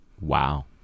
Wow